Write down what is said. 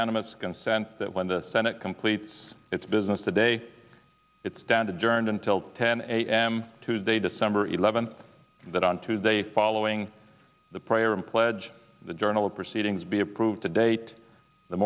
unanimous consent that when the senate completes its business today its down to german till ten a m tuesday december eleventh that on tuesday following the prayer and pledge the journal proceedings be approved the date the